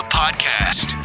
podcast